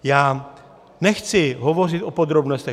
Já nechci hovořit o podrobnostech.